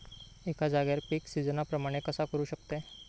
एका जाग्यार पीक सिजना प्रमाणे कसा करुक शकतय?